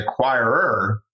acquirer